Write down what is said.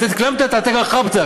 (אומר בערבית: אם נתת את המילה שלך,